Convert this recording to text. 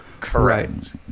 Correct